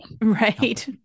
Right